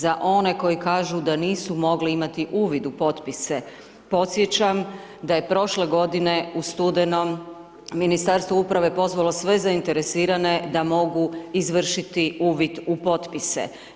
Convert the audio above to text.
Za one koji kažu da nisu mogli imati uvid u potpise, podsjećam da je prošle godine u studenom Ministarstvo uprave pozvalo sve zainteresirane da mogu izvršiti uvid u potpise.